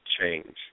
change